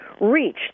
reached